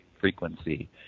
frequency